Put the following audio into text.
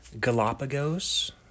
Galapagos